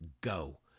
go